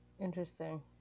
interesting